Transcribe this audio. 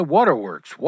Waterworks